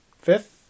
fifth